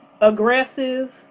aggressive